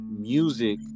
music